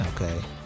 Okay